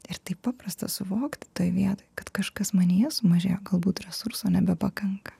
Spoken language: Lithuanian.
ir taip paprasta suvokti toj vietoj kad kažkas manyje sumažėjo galbūt resurso nebepakanka